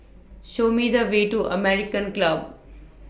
Show Me The Way to American Club